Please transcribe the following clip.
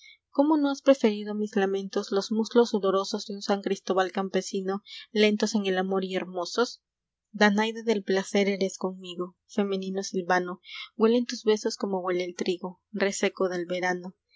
cómo no has preferido a mis lamentos los muslos sudorosos de un san cristóbal campesino lentos en el amor y hermosos danaide del placer eres conmigo femenino silvano huelen tus besos como huele el trigo reseco del verano